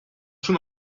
schon